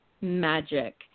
magic